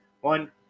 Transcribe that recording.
One